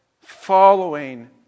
following